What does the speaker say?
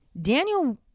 Daniel